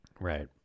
Right